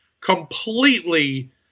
completely